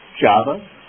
Java